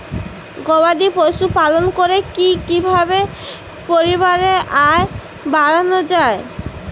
গবাদি পশু পালন করে কি কিভাবে পরিবারের আয় বাড়ানো যায়?